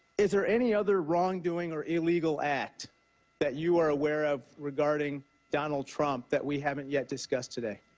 is there any other wrongdoing or illegal act that you are aware of regarding donald trump that we haven't yet discussed today?